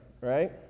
right